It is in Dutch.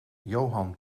johan